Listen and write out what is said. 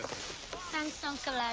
thanks, uncle ah